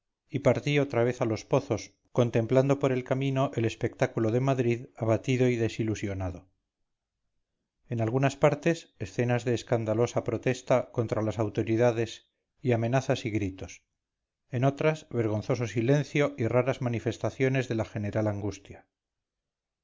y partí otra vez a los pozos contemplando por el camino el espectáculo de madrid abatido y desilusionado en algunas partes escenas de escandalosa protesta contra las autoridades y amenazas y gritos enotras vergonzoso silencio y raras manifestaciones de la general angustia